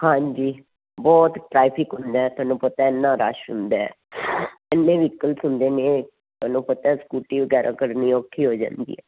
ਹਾਂਜੀ ਬਹੁਤ ਟਰੈਫਿਕ ਹੁੰਦਾ ਤੁਹਾਨੂੰ ਪਤਾ ਇੰਨਾ ਰਸ਼ ਹੁੰਦਾ ਇੰਨੇ ਵਹੀਕਲਸ ਹੁੰਦੇ ਨੇ ਤੁਹਾਨੂੰ ਪਤਾ ਸਕੂਟੀ ਵਗੈਰਾ ਕਰਨੀ ਔਖੀ ਹੋ ਜਾਂਦੀ ਹੈ